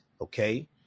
Okay